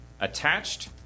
Attached